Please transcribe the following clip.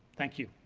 thank you.